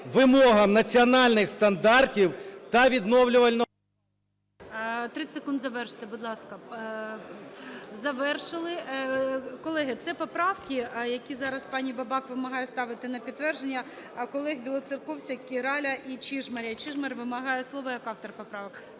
вимогам національних стандартів для відновлювального"…